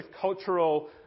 cultural